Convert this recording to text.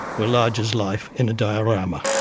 were large as life in a diorama.